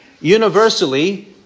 universally